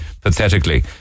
pathetically